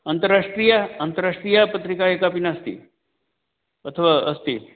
अन्ताराष्ट्रिय अन्ताराष्ट्रियपत्रिका एकापि नास्ति अथवा अस्ति